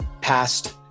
past